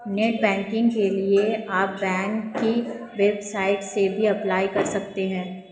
net banking के लिए आप बैंक की वेबसाइट से भी अप्लाई कर सकते है